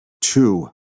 two